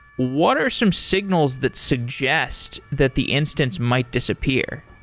what are some signals that suggest that the instance might disappear?